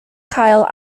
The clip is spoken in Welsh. cael